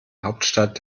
hauptstadt